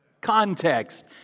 context